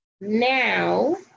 Now